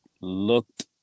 looked